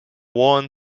worn